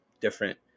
different